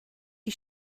die